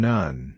None